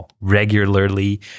regularly